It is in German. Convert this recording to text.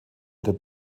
der